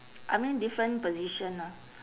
I mean different position lah